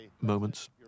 moments